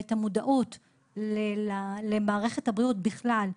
ואת המודעות למערכת הבריאות בכלל,